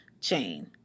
chain